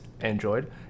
Android